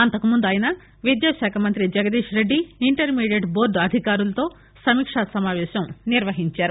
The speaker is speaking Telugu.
అంతకుముందు ఆయన విద్యా శాఖ మంత్రి Jagadish Reddy intermediate board అధికారులతో సమీకా సమావేశం నిర్వహించారు